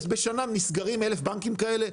אז בשנה נסגרים 1,000 בנקים כאלה,